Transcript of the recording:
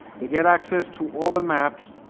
they get access to all the maps